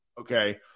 okay